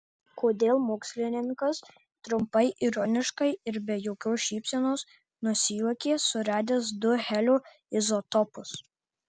kodėl mokslininkas trumpai ironiškai ir be jokios šypsenos nusijuokė suradęs du helio izotopus